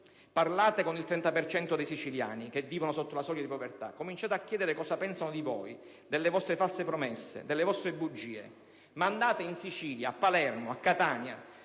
parlate con quel 30 per cento dei siciliani che vive sotto la soglia di povertà e cominciate a chiedere loro cosa pensano di voi, delle vostre false promesse e delle vostre bugie. Mandate in Sicilia (a Palermo e Catania,